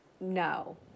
no